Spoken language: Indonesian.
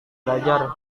belajar